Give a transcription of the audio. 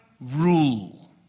rule